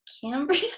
Cambria